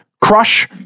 crush